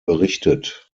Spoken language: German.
berichtet